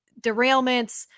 derailments